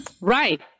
Right